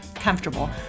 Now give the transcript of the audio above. comfortable